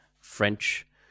French